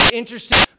interesting